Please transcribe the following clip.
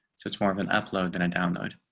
so it's more of an upload and download